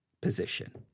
position